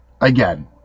Again